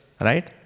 Right